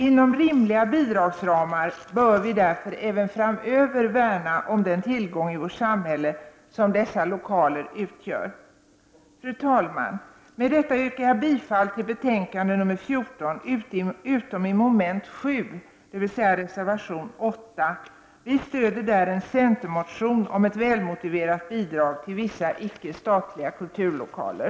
Inom rimliga bidragsramar bör vi därför även framöver värna om den tillgång i vårt samhälle som dessa lokaler utgör. Fru talman! Med detta yrkar jag bifall till utskottets hemställan i betänkande 14 utom i mom. 7, dvs. reservation 8. Vi stöder där en centermotion om ett väl motiverat bidrag till vissa icke-statliga kulturlokaler.